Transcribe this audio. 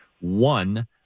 one